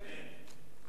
אמן.